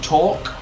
Talk